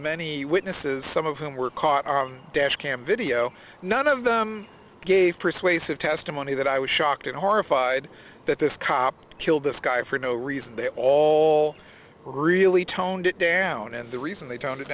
many witnesses some of whom were caught on dash cam video none of them gave persuasive testimony that i was shocked and horrified that this cop killed this guy for no reason they all really toned it down and the reason they toned it